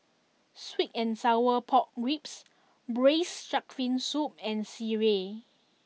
Sweet and Sour Pork Bibs Braised Shark Fin Soup and Sireh